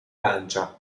lancia